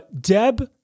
Deb